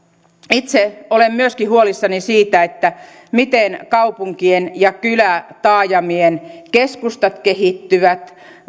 itse olen myöskin huolissani siitä miten kaupunkien ja kylätaajamien keskustat kehittyvät